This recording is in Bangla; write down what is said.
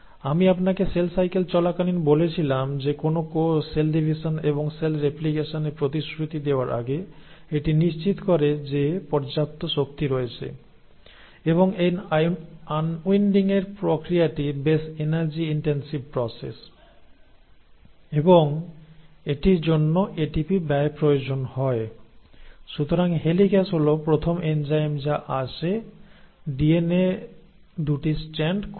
আমি আপনাকে সেল সাইকেল চলাকালীন বলেছিলাম যে কোনও কোষ সেল ডিভিশন এবং সেল রেপ্লিকেশনে প্রতিশ্রুতি দেওয়ার আগে এটি নিশ্চিত করে যে পর্যাপ্ত শক্তি রয়েছে এবং এই আনডাইন্ডিংয়ের প্রক্রিয়াটি বেশ এনার্জি ইনটেনসিভ প্রসেস এবং এটির জন্য এটিপি ব্যয় প্রয়োজন হয় সুতরাং হেলিক্যাস হল প্রথম এনজাইম যা এসে ডিএনএর 2 টি স্ট্র্যান্ড খুলবে